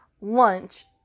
lunch